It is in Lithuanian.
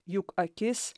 juk akis